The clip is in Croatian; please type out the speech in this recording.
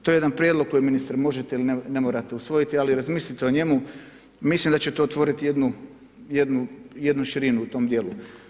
To je jedan prijedlog kojeg ministre možete ili ne morate usvojiti ali razmislite o njemu, mislim da će to otvoriti jednu širinu u tom djelu.